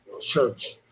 church